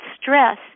stress